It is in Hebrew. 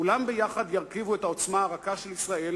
כולם יחד ירכיבו את העוצמה הרכה של ישראל